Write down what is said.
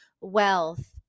wealth